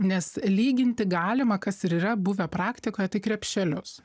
nes lyginti galima kas ir yra buvę praktikoje tai krepšelius